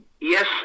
Yes